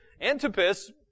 Antipas